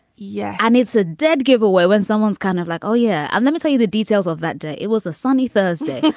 yeah. and it's a dead giveaway when someone's kind of like, oh, yeah. um let me tell you the details of that day. it was a sunny thursday.